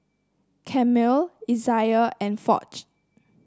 Camille Isaiah and Foch